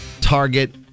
Target